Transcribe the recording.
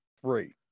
three